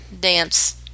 dance